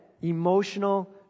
Emotional